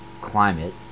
climate